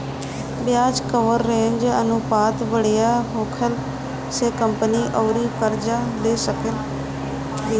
ब्याज कवरेज अनुपात बढ़िया होखला से कंपनी अउरी कर्जा ले सकत बिया